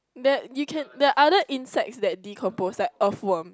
that you can that other insects that decompose like earthworm